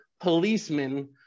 policemen